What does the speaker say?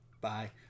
Bye